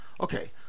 okay